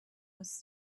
was